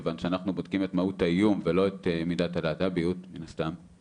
כיוון שאנחנו בודקים את מהות האיום ולא את מידת הלהט"ביות מן הסתם.